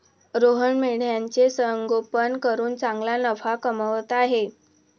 रोहन मेंढ्यांचे संगोपन करून चांगला नफा कमवत आहे